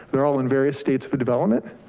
they're all in various states for development.